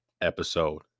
episode